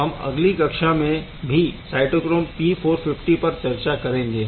हम अगली कक्षा में भी साइटोक्रोम P450 पर चर्चा करेंगे